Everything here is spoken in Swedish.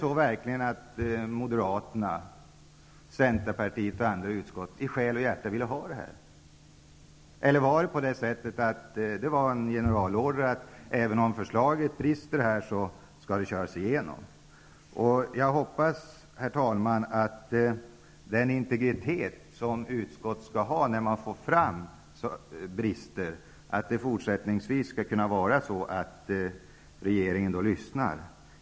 Är det verkligen så att Moderaterna, Centerpartiet och andra i utskottet i själ och hjärta ville ha det här systemet, eller var det på det sättet att det var en generalorder att förslaget skulle köras igenom även om det brister? Jag hoppas, herr talman, att den integritet som utskott skall ha när man uppmärksammar brister består, så att regeringen i fortsättningen lyssnar till vad utskottet säger.